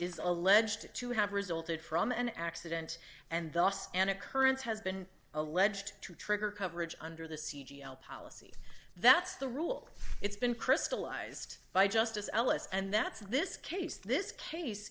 is alleged to have resulted from an accident and thus an occurrence has been alleged to trigger coverage under the sea g l policy that's the rule it's been crystallized by justice ellis and that's this case this case